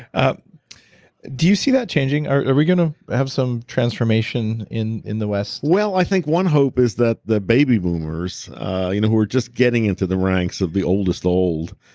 ah do you see that changing? are we going to have some transformation in in the west? well, i think one hope is that the baby boomers you know who are just getting into the ranks of the oldest old,